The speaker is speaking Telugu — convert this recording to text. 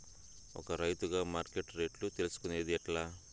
ఒక రైతుగా మార్కెట్ రేట్లు తెలుసుకొనేది ఎట్లా?